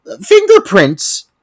Fingerprints